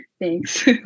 Thanks